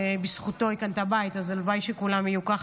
ובזכותו היא קנתה בית.